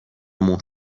مهر